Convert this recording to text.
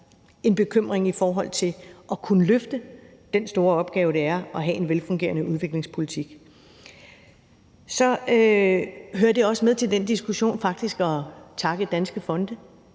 en bekymring i forhold til at kunne løfte den store opgave, det er at have en velfungerende udviklingspolitik. Med til den diskussion hører så også faktisk at takke danske fonde